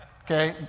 Okay